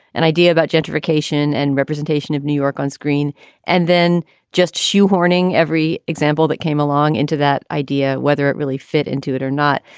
an idea about gentrification and representation of new york on screen and then just shoehorning every example that came along into that idea, whether it really fit into it or not.